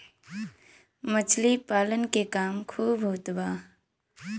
मछली पालन के काम खूब होत बा